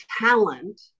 talent